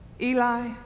Eli